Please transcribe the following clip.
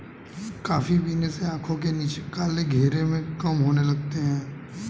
coffee पीने से आंखों के नीचे काले घेरे कम होने लगते हैं